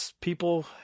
people